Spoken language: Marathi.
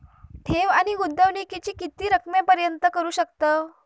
ठेव आणि गुंतवणूकी किती रकमेपर्यंत करू शकतव?